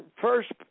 first